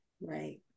Right